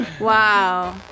Wow